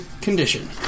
condition